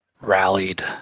rallied